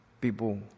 People